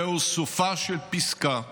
זהו סופה של פסקה שלעולם,